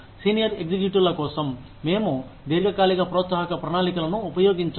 senior ఎగ్జిక్యూటివ్లకోసం మేము దీర్ఘకాలిక ప్రోత్సాహక ప్రణాళికలను ఉపయోగించాలి